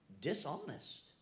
dishonest